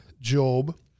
Job